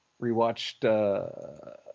rewatched